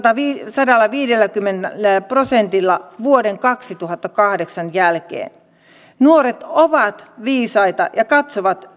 sadallaviidelläkymmenellä prosentilla vuoden kaksituhattakahdeksan jälkeen nuoret ovat viisaita ja katsovat